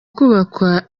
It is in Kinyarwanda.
kubakwa